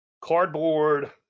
cardboard